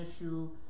issue